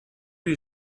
you